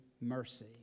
mercy